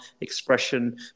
expression